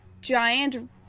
giant